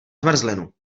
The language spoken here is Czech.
zmrzlinu